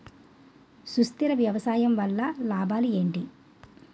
సుస్థిర వ్యవసాయం వల్ల లాభాలు ఏంటి?